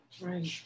right